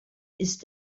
ist